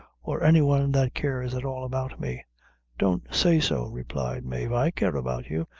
or any one that cares at all about me don't say so, replied mave, i care about you,